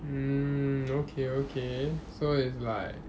mm okay okay so it's like